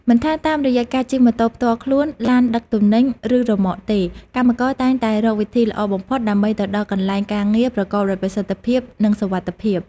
មិនថាតាមរយៈការជិះម៉ូតូផ្ទាល់ខ្លួន ឡានដឹកទំនិញ ឬរ៉ឺម៉កទេ កម្មករតែងតែរកវិធីល្អបំផុតដើម្បីទៅដល់កន្លែងការងារប្រកបដោយប្រសិទ្ធភាពនិងសុវត្ថិភាព។